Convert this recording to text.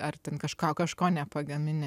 ar ten kažko kažko nepagamini